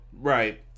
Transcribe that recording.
Right